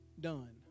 done